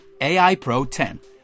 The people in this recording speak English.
AIPRO10